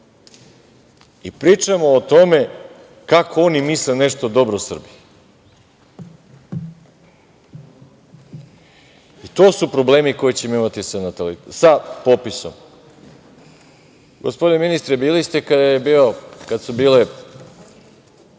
Pričamo o tome kako oni misle nešto dobro Srbiji. To su problemi koje ćemo imati sa popisom. Gospodine ministre, bili ste kada su bile